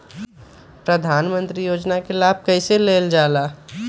प्रधानमंत्री योजना कि लाभ कइसे लेलजाला?